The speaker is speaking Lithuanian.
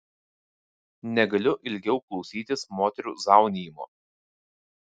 negaliu ilgiau klausytis moterų zaunijimo